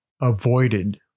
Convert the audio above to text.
avoided